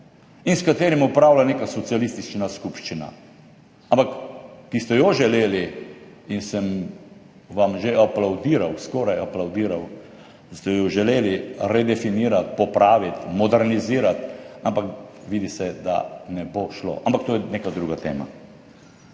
In s katerim upravlja neka socialistična skupščina, ampak ki ste jo želeli, in sem vam že aplavdiral, skoraj aplavdiral, redefinirati, popraviti, modernizirati. Ampak vidi se, da ne bo šlo. Ampak to je neka druga tema.